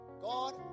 God